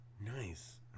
Nice